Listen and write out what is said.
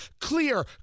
clear